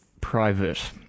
private